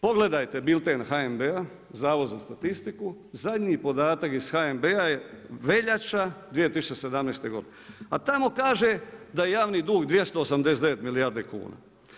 Pogledajte bilten HNB-a, Zavod za statistiku zadnji podatak iz HNB-a je veljača 2017. godine, a tamo kaže da je javni dug 289 milijardi kuna.